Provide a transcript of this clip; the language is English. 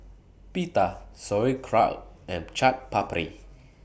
Pita Sauerkraut and Chaat Papri